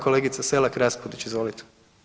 Kolegica Selak-Raspudić, izvolite.